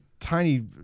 Tiny